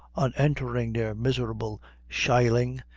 on entering their miserable sheiling,